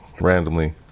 randomly